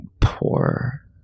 poor